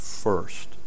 first